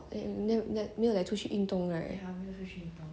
like like like 没有出去运动 right